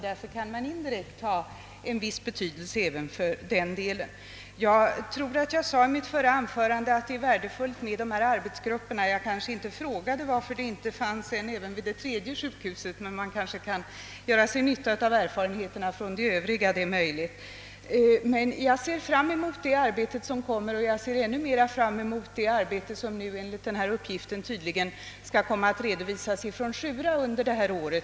Därför kan det indirekt ha en viss betydelse vilket system som tillämpas på de olika poliklinikerna, I mitt förra anförande sade jag visst att det är värdefullt med de arbetsgupper som finns, Jag frågade kanske inte, varför det inte finns sådana även vid det tredje sjukhuset, men man kanske ändå där kan utnyttja erfarenheterna från de övriga. Jag ser sålunda fram mot det arbetsresultat som dessa grupper kommer att framlägga, och ännu mera ser jag fram mot de resultat som enligt uppgift skall redovisas från SJURA under detta år.